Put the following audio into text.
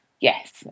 yes